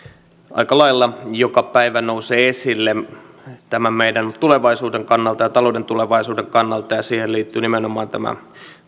aika lailla joka päivä nousevat esille meidän tulevaisuutemme kannalta ja talouden tulevaisuuden kannalta ja siihen liittyy nimenomaan tämä meidän